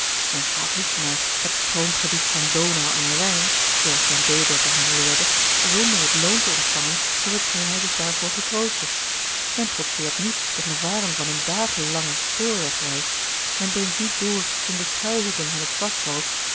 men gaat niet naar het stroomgebied van donau en rijn zoo als zijn baedeker hem leerde zonder het loon te ontvangen voor hetgeen hij zich daarvoor getroostte men trotseert niet de gevaren van eene dagen lange spoorwegreis men dringt niet door in de schuilhoeken van het schwarzwald